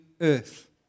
earth